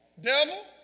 Devil